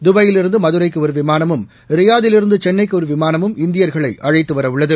துடையில் இருந்து மதுரைக்கு ஒரு விமானமும் ரியாத்திலிருந்து சென்னைக்கு ஒரு விமானமும் இந்தியா்களை அழைத்துவர உள்ளது